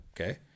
okay